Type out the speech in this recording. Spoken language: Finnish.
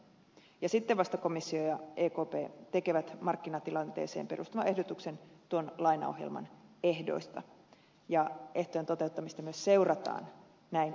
sitten vasta komissio ja ekp tekevät markkinatilanteeseen perustuvan ehdotuksen tuon lainaohjelman ehdoista ja ehtojen toteuttamista myös seurataan näin uskon käyvän